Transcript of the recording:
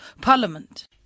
Parliament